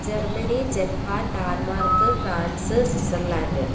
Germany Japan Denmark France Switzerland